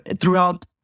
throughout